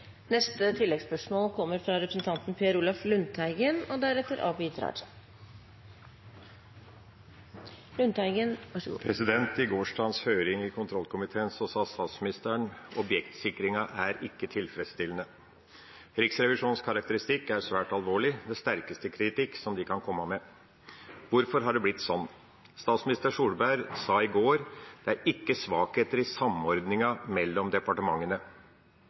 Per Olaf Lundteigen – til oppfølgingsspørsmål. I gårsdagens høring i kontroll- og konstitusjonskomiteen sa statsministeren at objektsikringen ikke er tilfredsstillende. Riksrevisjonens karakteristikk er «svært alvorlig» og er den sterkeste kritikk de kan komme med. Hvorfor har det blitt slik? Statsminister Solberg sa i går at det ikke er svakheter i samordningen mellom departementene.